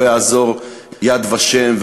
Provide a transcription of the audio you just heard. לא יעזור "יד ושם",